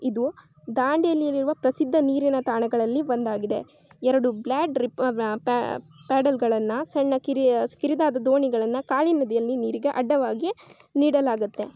ಇದು ದಾಂಡೇಲಿಯಲ್ಲಿರುವ ಪ್ರಸಿದ್ಧ ನೀರಿನ ತಾಣಗಳಲ್ಲಿ ಒಂದಾಗಿದೆ ಎರಡು ಬ್ಲಾಡ್ ರಿಪ್ಪರ್ರ ಪ್ಯಾಡೆಲ್ಗಳನ್ನ ಸಣ್ಣ ಕಿರಿಯ ಕಿರಿದಾದ ದೋಣಿಗಳನ್ನು ಕಾಳಿ ನದಿಯಲ್ಲಿ ನೀರಿಗೆ ಅಡ್ಡಲಾಗಿ ನೀಡಲಾಗುತ್ತೆ